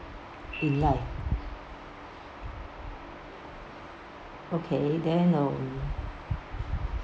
in life okay then um